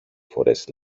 φορές